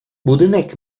budynek